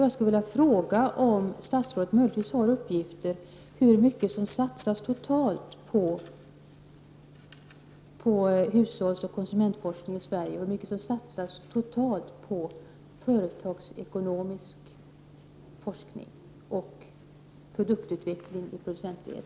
Jag skulle vilja fråga om statsrådet möjligen har uppgifter på hur mycket som satsas totalt på hushållsoch konsumentforskning i Sverige och hur mycket som satsas totalt på företagsekonomisk forskning och produktutveckling i producentledet.